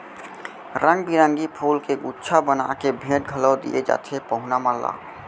रंग बिरंगी फूल के गुच्छा बना के भेंट घलौ दिये जाथे पहुना मन ला